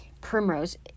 Primrose